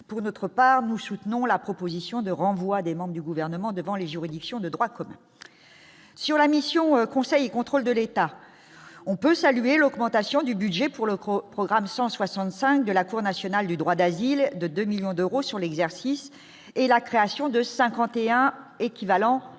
pour notre part, nous soutenons la proposition de renvoi des membres du gouvernement devant les juridictions de droit commun sur la mission conseil contrôle de l'État, on peut saluer l'augmentation du budget pour l'autre programme 165 de la Cour nationale du droit d'asile de 2 millions d'euros sur l'exercice et la création de 51 équivalents